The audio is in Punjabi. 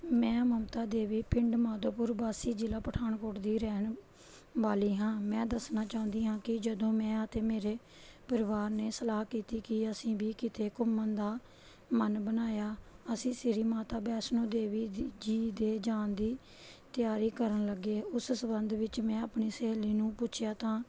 ਮੈਂ ਮਮਤਾ ਦੇਵੀ ਪਿੰਡ ਮਾਧੋਪੁਰ ਵਾਸੀ ਜ਼ਿਲ੍ਹਾ ਪਠਾਨਕੋਟ ਦੀ ਰਹਿਣ ਵਾਲੀ ਹਾਂ ਮੈਂ ਦੱਸਣਾ ਚਾਹੁੰਦੀ ਹਾਂ ਕਿ ਜਦੋਂ ਮੈਂ ਅਤੇ ਮੇਰੇ ਪਰਿਵਾਰ ਨੇ ਸਲਾਹ ਕੀਤੀ ਕਿ ਅਸੀਂ ਵੀ ਕਿਤੇ ਘੁੰਮਣ ਦਾ ਮਨ ਬਣਾਇਆ ਅਸੀਂ ਸ੍ਰੀ ਮਾਤਾ ਵੈਸ਼ਨੋ ਦੇਵੀ ਜੀ ਦੇ ਜਾਣ ਦੀ ਤਿਆਰੀ ਕਰਨ ਲੱਗੇ ਉਸ ਸੰਬੰਧ ਵਿੱਚ ਮੈਂ ਆਪਣੀ ਸਹੇਲੀ ਨੂੰ ਪੁੱਛਿਆ ਤਾਂ